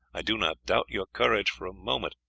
i do not doubt your courage for a moment,